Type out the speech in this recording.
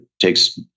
takes